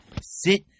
sit